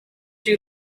you